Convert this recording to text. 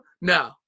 no